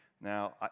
Now